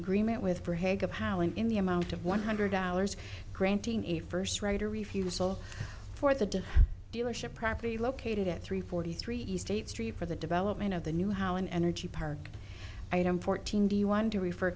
howling in the amount of one hundred dollars granting a first writer refusal for the dealership property located at three forty three east eighth street for the development of the new how and energy park item fourteen do you want to refer